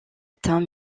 atteint